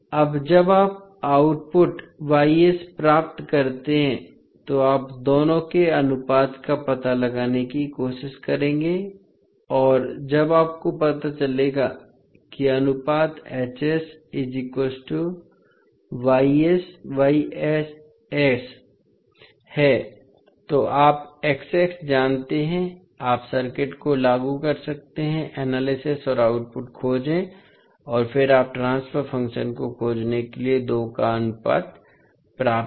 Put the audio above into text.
अब जब आप आउटपुट प्राप्त करते हैं तो आप दोनों के अनुपात का पता लगाने की कोशिश करेंगे और जब आपको पता चलेगा कि अनुपात है तो आप जानते हैं आप सर्किट को लागू कर सकते हैं एनालिसिस और आउटपुट खोजें और फिर आप ट्रांसफर फ़ंक्शन को खोजने के लिए दो का अनुपात प्राप्त करें